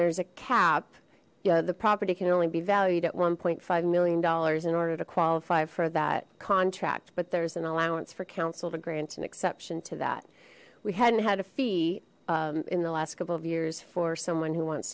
there's a cap you know the property can only be valued at one point five million dollars in order to qualify for that contract but there's an allowance for council to grant an exception to that we hadn't had a fee in the last couple of years for someone who wants